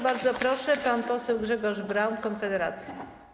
Bardzo proszę, pan poseł Grzegorz Braun, Konfederacja.